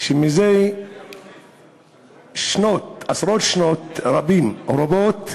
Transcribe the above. שמזה עשרות שנים רבות,